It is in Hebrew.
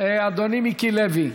אדוני, מיקי לוי,